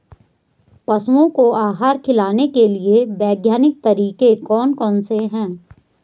पशुओं को आहार खिलाने के लिए वैज्ञानिक तरीके कौन कौन से हैं?